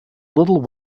little